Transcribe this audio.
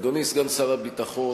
אדוני סגן שר הביטחון,